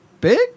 big